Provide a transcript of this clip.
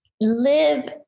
live